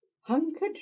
hunkered